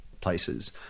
places